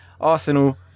Arsenal